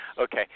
Okay